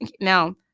Now